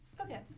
Okay